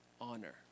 honor